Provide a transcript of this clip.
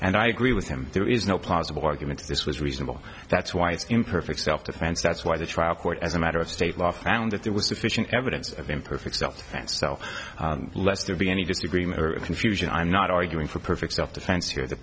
and i agree with him there is no plausible argument that this was reasonable that's why it's imperfect self defense that's why the trial court as a matter of state law found that there was sufficient evidence of imperfect self defense so lest there be any disagreement confusion i'm not arguing for perfect self defense here the